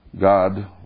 God